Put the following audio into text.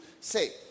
say